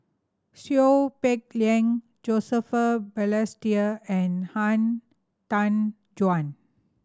Seow Peck Leng Joseph Balestier and Han Tan Juan